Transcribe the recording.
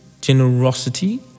generosity